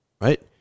right